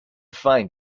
find